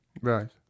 right